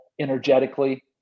energetically